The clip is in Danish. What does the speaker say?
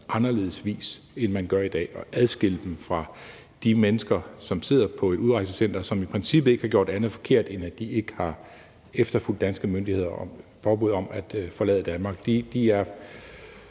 anderledes vis, end man gør i dag, og adskille dem fra de mennesker, som sidder på et udrejsecenter, og som i princippet ikke har gjort andet forkert, end at de ikke har fulgt de danske myndigheders påbud om at forlade Danmark.